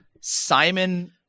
Simon –